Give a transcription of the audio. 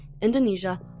Indonesia